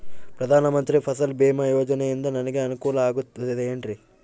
ಪ್ರಧಾನ ಮಂತ್ರಿ ಫಸಲ್ ಭೇಮಾ ಯೋಜನೆಯಿಂದ ನನಗೆ ಅನುಕೂಲ ಆಗುತ್ತದೆ ಎನ್ರಿ?